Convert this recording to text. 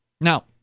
Now